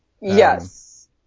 yes